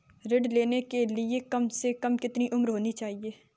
ऋण लेने के लिए कम से कम कितनी उम्र होनी चाहिए?